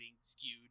skewed